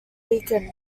weakened